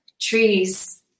trees